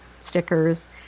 stickers